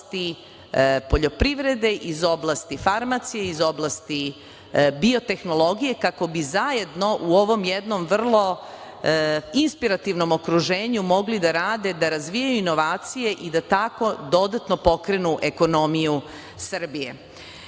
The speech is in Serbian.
iz oblasti poljoprivrede, iz oblasti farmacije, iz oblasti biotehnologije kako bi zajedno u ovom jednom vrlo inspirativnom okruženju mogli da rade, da razvijaju inovacije i da tako dodatno pokrenu ekonomiju